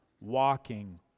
walking